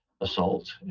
assault